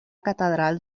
catedral